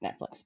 netflix